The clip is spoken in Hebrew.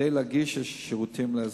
כדי להגיש שירותים לאזרח.